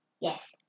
Yes